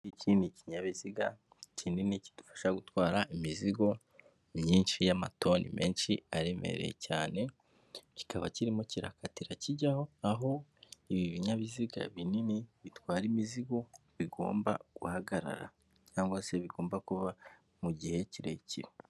Iki ni ikinyabiziga kinini kidufasha gutwara imizigo myinshi y'amatoni menshi aremereye cyane kikaba kirimo kirakatira kijyaho aho ibi binyabiziga binini bitwara imizigo bigomba guhagarara cyangwa se bigomba kuba mu gihe kirekire.